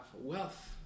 wealth